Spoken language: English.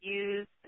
use